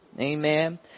Amen